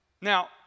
Now